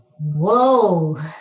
Whoa